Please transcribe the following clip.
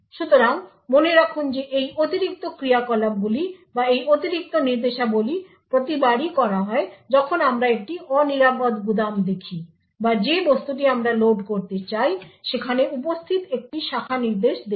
সুতরাং মনে রাখুন যে এই অতিরিক্ত ক্রিয়াকলাপগুলি বা এই অতিরিক্ত নির্দেশাবলী প্রতিবারই করা হয় যখন আমরা একটি অনিরাপদ গুদাম দেখি বা যে বস্তুটি আমরা লোড করতে চাই সেখানে উপস্থিত একটি শাখা নির্দেশ দেখি